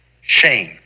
shame